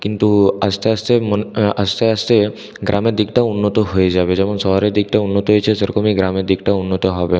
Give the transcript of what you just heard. কিন্তু আস্তে আস্তে আস্তে আস্তে গ্রামের দিকটাও উন্নত হয়ে যাবে যেমন শহরের দিকটাও উন্নত হয়েছে সেরকমই গ্রামের দিকটাও উন্নত হবে